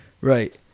Right